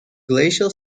glacial